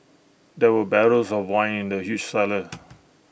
there were barrels of wine in the huge cellar